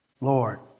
Lord